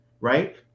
right